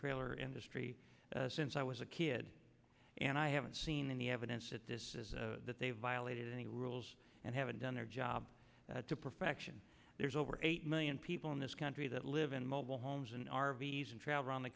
trailer industry since i was a kid and i haven't seen any evidence that this is a that they violated any rules and haven't done their job to perfection there's over eight million people in this country that live in mobile homes in r v s and travel around the